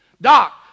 Doc